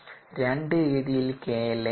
2 രീതിയിൽ kLa ചെയ്യാം